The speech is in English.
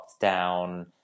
down